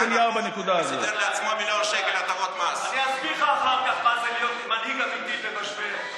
אני אסביר לך אחר כך מה זה להיות מנהיג אמיתי במשבר.